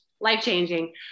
life-changing